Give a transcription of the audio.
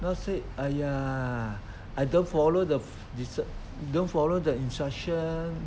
not say !aiya! I don't follow the fo~ ins~ don't follow the instruction